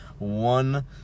One